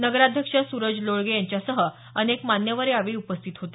नगराध्यक्ष सुरज लोळगे यांच्यासह अनेक मान्यवर यावेळी उपस्थित होते